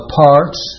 parts